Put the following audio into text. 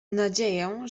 nadzieję